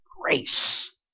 grace